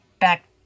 back